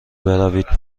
بروید